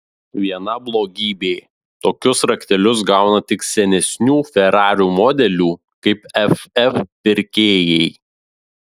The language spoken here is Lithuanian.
viena blogybė tokius raktelius gauna tik senesnių ferarių modelių kaip ff pirkėjai